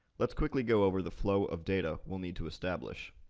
let's quickly go over the flow of data we'll need to establish.